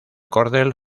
cordel